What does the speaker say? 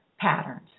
patterns